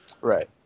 Right